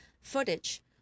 footage